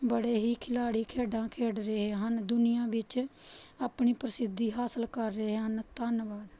ਬੜੇ ਹੀ ਖਿਡਾਰੀ ਖੇਡਾਂ ਖੇਡ ਰਹੇ ਹਨ ਦੁਨੀਆ ਵਿੱਚ ਆਪਣੀ ਪ੍ਰਸਿੱਧੀ ਹਾਸਲ ਕਰ ਰਹੇ ਹਨ ਧੰਨਵਾਦ